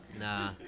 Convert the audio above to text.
Nah